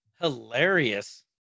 hilarious